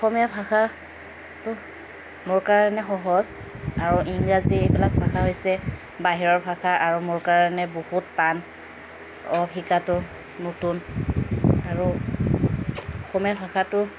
অসমীয়া ভাষাটো মোৰ কাৰণে সহজ আৰু ইংৰাজী এইবিলাক ভাষা হৈছে বাহিৰৰ ভাষা আৰু মোৰ কাৰণে বহুত টান শিকাটো নতুন আৰু অসমীয়া ভাষাটো